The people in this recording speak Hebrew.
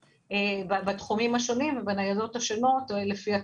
בתחומים השונים ובניידות השונות לפי הצורך.